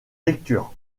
lectures